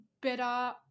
better